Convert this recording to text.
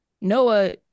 Noah